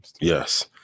Yes